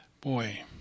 boy